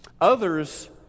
Others